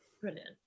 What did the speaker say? Brilliant